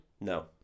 No